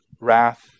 wrath